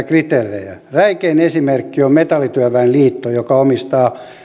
kriteerejä räikein esimerkki on metallityöväen liitto joka omistaa